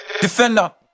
Defender